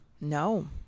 No